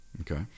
Okay